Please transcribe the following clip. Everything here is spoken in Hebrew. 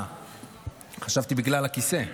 חשבתי שבגלל הכיסא.